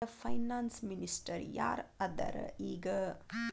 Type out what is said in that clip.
ಭಾರತದ finance minister ಯಾರ್ ಅದರ ಈಗ?